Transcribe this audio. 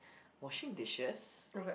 washing dishes